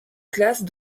classe